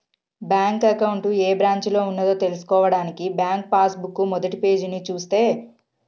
bank account ఏ బ్రాంచిలో ఉన్నదో తెల్సుకోవడానికి బ్యాంకు పాస్ బుక్ మొదటిపేజీని చూస్తే